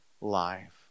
life